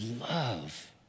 love